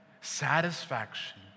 satisfaction